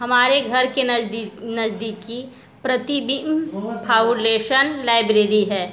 हमारे घर के नज़दीज नज़दीकी प्रतिबिम फाउलेशन लाइब्रेरी है